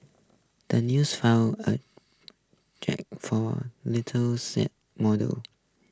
the news folded a jib for little sat model